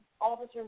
officers